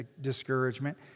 discouragement